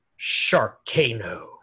Sharkano